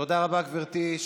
תודה רבה, גברתי.